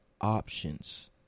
options